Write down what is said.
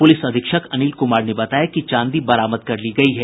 police अधीक्षक अनिल कुमार ने बताया कि चांदी बरामद कर ली गयी है